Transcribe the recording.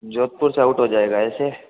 जोधपुर से आउट हो जाएगा ऐसे